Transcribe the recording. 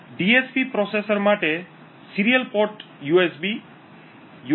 DSP processor માટે serial port USB you